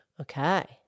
Okay